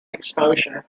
exposure